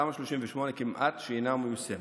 תמ"א 38 כמעט שאינה מיושמת.